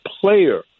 player